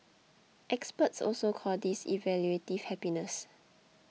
experts also call this evaluative happiness